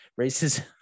racism